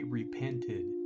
repented